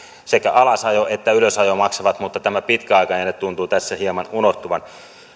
sekä alasajo että ylösajo maksavat mutta tämä pitkäaikainen etu tuntuu tässä hieman unohtuvan